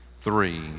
three